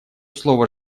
слово